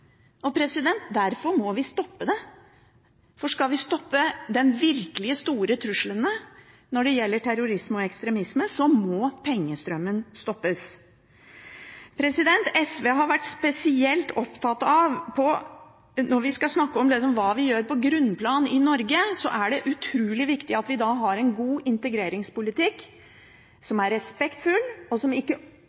Derfor må vi stoppe det. Skal vi stoppe de virkelig store truslene når det gjelder terrorisme og ekstremisme, må pengestrømmene stoppes. SV har vært spesielt opptatt av når vi skal snakke om hva vi gjør på grunnplanet i Norge, som er utrolig viktig, at vi har en god integreringspolitikk som er respektfull, og hvor man ikke